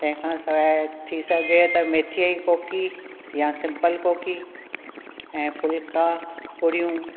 तंहिं खां सिवाइ थी सघे त मेथीअ जी कोकी या सिम्पल कोकी ऐं फुलका पूड़ियूं